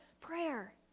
prayer